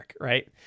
right